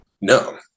No